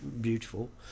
beautiful